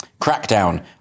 Crackdown